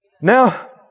Now